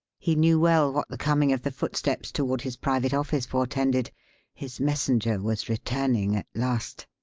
he knew well what the coming of the footsteps toward his private office portended his messenger was returning at last.